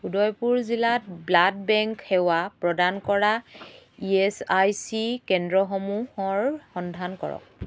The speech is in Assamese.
উদয়পুৰ জিলাত ব্লাড বেংক সেৱা প্ৰদান কৰা ই এছ আই চি কেন্দ্ৰসমূহৰ সন্ধান কৰক